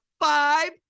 five